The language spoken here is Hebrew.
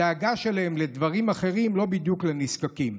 הדאגה שלהם היא לדברים אחרים ולא בדיוק לנזקקים.